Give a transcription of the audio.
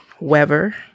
Weber